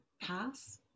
pass